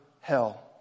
hell